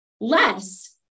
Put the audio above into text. less